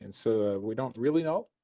and so we don't really know.